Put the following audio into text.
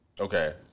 Okay